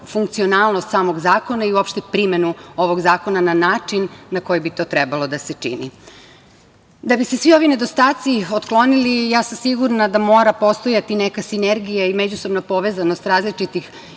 funkcionalnost samog zakona i uopšte primenu ovog zakona na način na koji bi to trebalo da se čini. Da bi se svi ovi nedostaci otklonili, ja sam sigurna da mora postojati neka sinergija i međusobna povezanost različitih